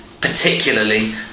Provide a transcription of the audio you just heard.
Particularly